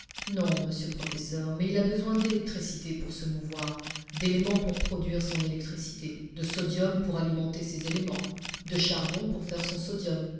non monsieur le professeur mais il a besoin d'électricité pour se mouvoir d'éléments pour produire son électricité de sodium pour alimenter ses éléments de charbon pour faire son sodium